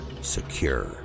Secure